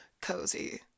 cozy